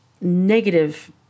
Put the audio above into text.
negative